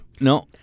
No